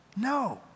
No